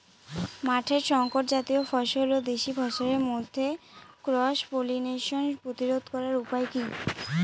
মাঠের শংকর জাতীয় ফসল ও দেশি ফসলের মধ্যে ক্রস পলিনেশন প্রতিরোধ করার উপায় কি?